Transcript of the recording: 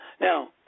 Now